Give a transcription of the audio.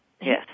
Yes